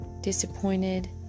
disappointed